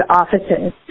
offices